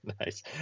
nice